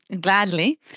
Gladly